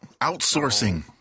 Outsourcing